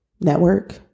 network